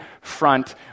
front